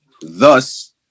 thus